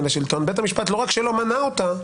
לשלטון בית המשפט לא רק שלא מנע אותה,